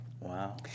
Wow